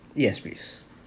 yes please